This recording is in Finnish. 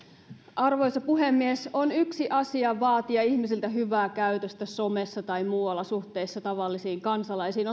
arvoisa puhemies on yksi asia vaatia ihmisiltä hyvää käytöstä somessa tai muualla suhteissa tavallisiin kansalaisiin